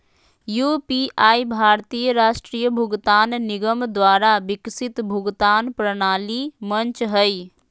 UPI भारतीय राष्ट्रीय भुगतान निगम द्वारा विकसित भुगतान प्रणाली मंच हइ